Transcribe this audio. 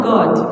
God